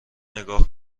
نگاه